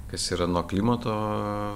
kas yra nuo klimato